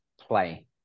play